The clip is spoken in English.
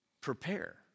prepare